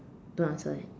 don't answer leh